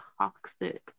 toxic